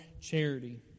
charity